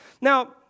Now